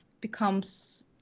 becomes